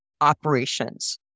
operations